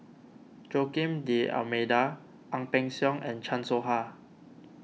Joaquim D'Almeida Ang Peng Siong and Chan Soh Ha